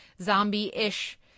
zombie-ish